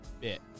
bit